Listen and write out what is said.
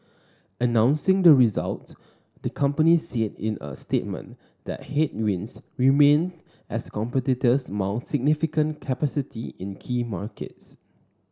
announcing the results the company said in a statement that headwinds remain as competitors mount significant capacity in key markets